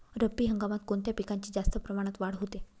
रब्बी हंगामात कोणत्या पिकांची जास्त प्रमाणात वाढ होते?